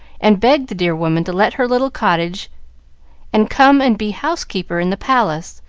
and begged the dear woman to let her little cottage and come and be housekeeper in the palace,